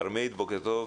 כרמית, בוקר טוב.